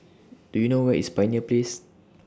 Do YOU know Where IS Pioneer Place